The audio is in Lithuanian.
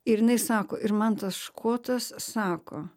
ir jinai sako ir man tas škotas sako